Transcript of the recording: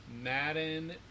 Madden